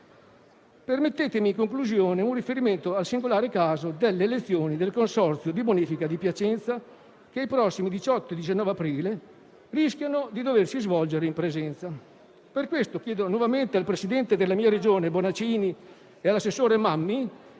Permettetemi, in conclusione, un riferimento al singolare caso delle elezioni del Consorzio di bonifica di Piacenza che i prossimi 18 e 19 aprile rischiano di doversi svolgere in presenza. Per questo chiedo nuovamente al presidente della mia Regione Bonaccini e all'assessore Mammi